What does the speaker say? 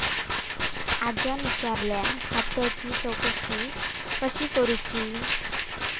आज्यान विचारल्यान खात्याची चौकशी कशी करुची?